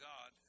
God